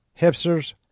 hipsters